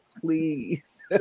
please